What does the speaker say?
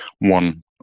one